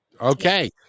okay